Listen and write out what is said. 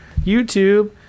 YouTube